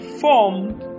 formed